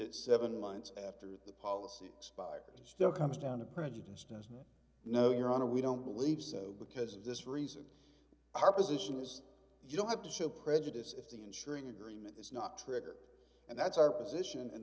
it seven months after the policy expires still comes down to prejudice doesn't know your honor we don't believe so because of this reason our position is you don't have to show prejudice if the ensuring agreement is not triggered and that's our position and